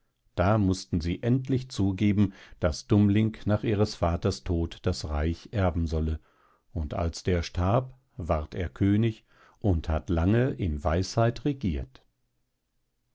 da mußten sie endlich zugeben daß dummling nach ihres vaters tod das reich erben solle und als der starb ward er könig und hat lange in weisheit regiert